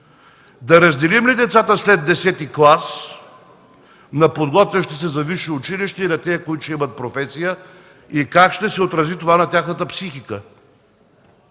Да разделим ли децата след десети клас на подготвящи се за висши училища и на тези, които ще имат професия, и как ще се отрази това на тяхната психика?